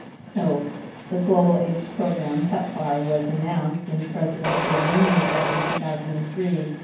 so the global aids program pepfar was announced in the presidents' day the union address in two thousand and three,